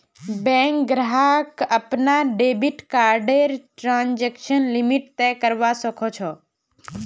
bank ग्राहक अपनार debit कार्डर ट्रांजेक्शन लिमिट तय करवा सख छ